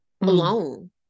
alone